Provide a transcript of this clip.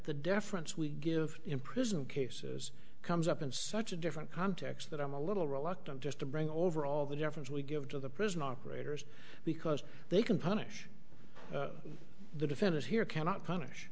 the deference we give in prison cases comes up in such a different context that i'm a little reluctant just to bring over all the drivers we give to the prison operators because they can punish the defendants here cannot punish